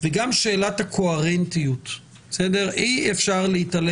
זו סיטואציה שצריך לחשוב